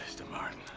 to martin.